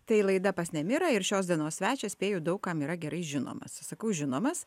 tai laida pas nemirą ir šios dienos svečias spėju daug kam yra gerai žinomas sakau žinomas